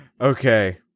Okay